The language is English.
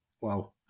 Wow